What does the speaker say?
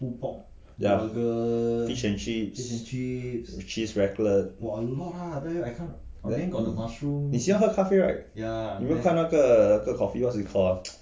ya fish and chips cheese raclette 你喜欢喝咖啡 right 有没有看那个那个 coffee what was it called ah